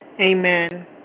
Amen